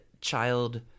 child